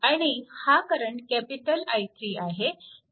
आणि हा current I3 आहे